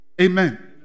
Amen